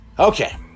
Okay